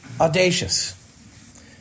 audacious